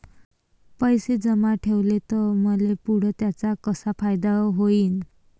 पैसे जमा ठेवले त मले पुढं त्याचा कसा फायदा होईन?